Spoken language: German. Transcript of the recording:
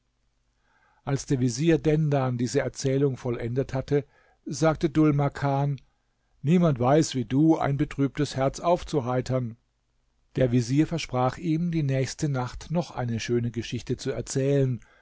als der vezier dendan diese erzählung vollendet hatte sagte dhul makan niemand weiß wie du ein betrübtes herz aufzuheitern der vezier versprach ihm die nächste nacht noch eine schöne geschichte zu erzählen